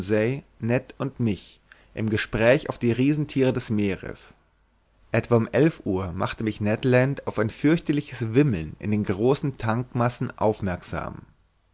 und mich im gespräch auf die riesenthiere des meeres etwa um elf uhr machte mich ned land auf ein fürchterliches wimmeln in den großen tangmassen aufmerksam